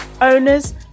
owners